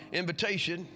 invitation